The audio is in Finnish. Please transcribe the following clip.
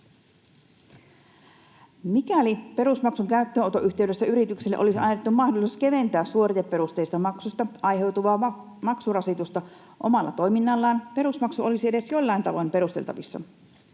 Mikäli perusmaksun käyttöönoton yhteydessä yrityksille olisi annettu mahdollisuus keventää suoriteperusteisista maksuista aiheutuvaa maksurasitusta omalla toiminnallaan, perusmaksu olisi edes jollain tavoin perusteltavissa,